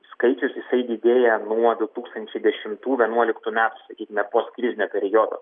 skaičius jisai didėja nuo du tūkstančiai dešimtų vienuoliktų metų sakykime postkrizinio periodo